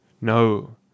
No